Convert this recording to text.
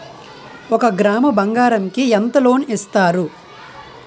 ఒక గ్రాము బంగారం కి ఎంత లోన్ ఇస్తారు?